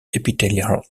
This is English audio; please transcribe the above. epithelial